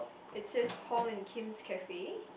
it says Paul and Kim's cafe